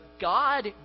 God